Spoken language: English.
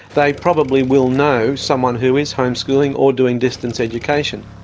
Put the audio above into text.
they probably will know someone who is homeschooling or doing distance education.